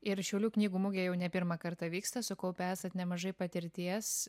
ir šiaulių knygų mugė jau ne pirmą kartą vyksta sukaupę esat nemažai patirties